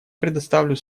предоставлю